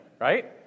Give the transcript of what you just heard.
right